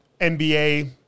NBA